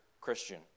Christian